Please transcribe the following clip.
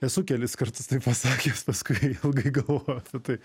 esu kelis kartus tai pasakęs paskui ilgai galvojau apie tai